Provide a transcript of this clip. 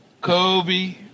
Kobe